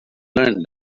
learned